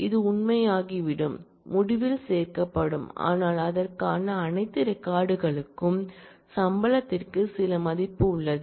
இது உண்மையாகிவிடும் அது முடிவில் சேர்க்கப்படும் ஆனால் அதற்கான அனைத்து ரெக்கார்ட் களுக்கும் சம்பளத்திற்கு சில மதிப்பு உள்ளது